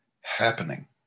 happening